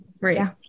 right